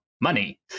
money